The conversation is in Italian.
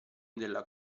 della